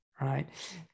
right